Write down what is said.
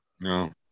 No